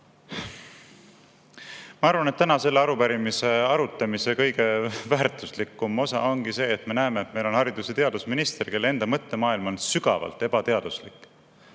Ma arvan, et täna selle arupärimise arutamise kõige väärtuslikum osa ongi see, et me näeme, et meil on haridus- ja teadusminister, kelle enda mõttemaailm on sügavalt ebateaduslik.